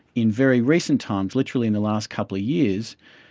in very recent times, literally in the last couple of years,